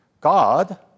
God